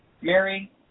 Mary